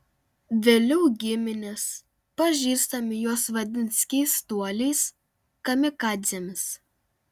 vėliau giminės pažįstami juos vadins keistuoliais kamikadzėmis